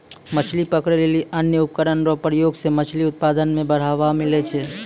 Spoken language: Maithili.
मछली पकड़ै लेली अन्य उपकरण रो प्रयोग से मछली उत्पादन मे बढ़ावा मिलै छै